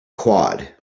quad